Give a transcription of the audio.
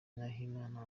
nahimana